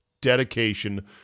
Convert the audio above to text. dedication